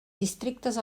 districtes